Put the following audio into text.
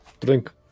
drink